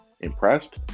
impressed